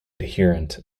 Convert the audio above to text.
adherent